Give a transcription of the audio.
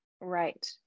right